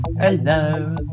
Hello